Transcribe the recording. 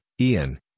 Ian